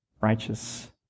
righteous